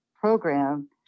program